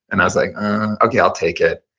and i was like, okay, i'll take it.